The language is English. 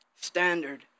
Standard